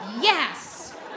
Yes